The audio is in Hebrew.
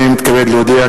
הנני מתכבד להודיע,